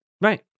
Right